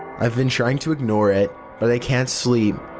i've been trying to ignore it. but i can't sleep.